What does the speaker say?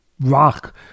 rock